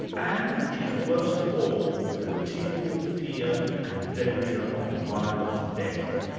and which is worst of all, continual fear and danger of violent death,